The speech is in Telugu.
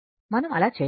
మనం అలా చేయము